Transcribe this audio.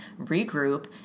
regroup